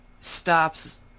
stops